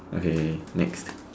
okay next